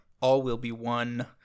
all-will-be-one